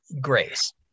grace